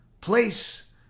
place